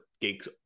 gigs